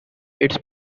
its